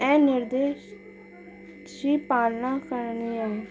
ऐं निर्देश जी पालणा करिणी आहे